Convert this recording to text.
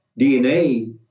DNA